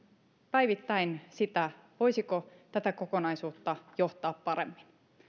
päivittäin voisiko tätä kokonaisuutta johtaa paremmin